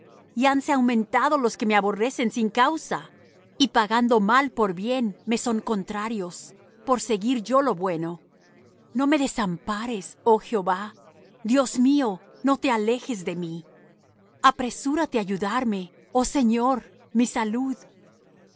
y fuertes y hanse aumentado los que me aborrecen sin causa y pagando mal por bien me son contrarios por seguir yo lo bueno no me desampares oh jehová dios mío no te alejes de mí apresúrate á ayudarme oh señor mi salud al